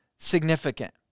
significant